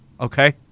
Okay